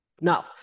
Now